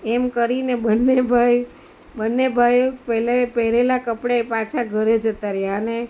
એમ કરીને બંને ભાઈ બંને ભાઈ પહેલા એ પહેરેલા કપડે પાછા ઘરે જતાં રહ્યાં ને